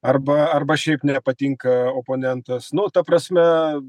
arba arba šiaip nepatinka oponentas nu ta prasme